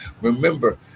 remember